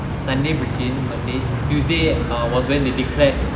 sunday book in monday tuesday err was when they declared